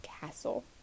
castle